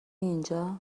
اینجا